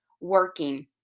working